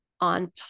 on